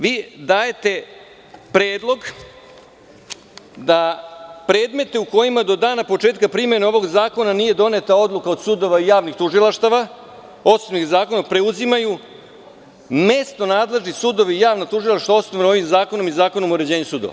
Ali, vidite, vi dajete predlog da predmete u kojima do dana početka primene ovog zakona nije doneta odluka od sudova i javnih tužilaštava osnovanih zakonom preuzimaju mesto nadležni sudovi i javno tužilaštvo što su osnovani ovim zakonom i Zakonom o uređenju sudova.